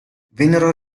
vennero